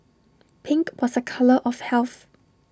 pink was A colour of health